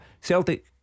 Celtic